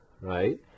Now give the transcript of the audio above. right